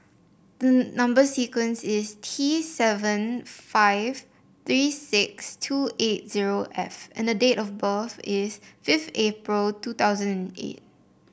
the number sequence is T seven five three six two eight zero F and the date of birth is fifth April two thousand eight